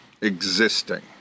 existing